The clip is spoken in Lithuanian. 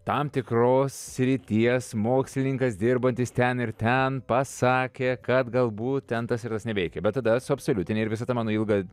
tam tikros srities mokslininkas dirbantis ten ir ten pasakė kad galbūt ten tas ir tas neveikia bet tada suabsoliutini ir visą tą mano ilgą